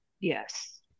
yes